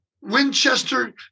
Winchester